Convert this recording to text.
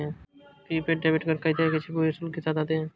prepaid debit card कई तरह के छिपे हुए शुल्क के साथ आते हैं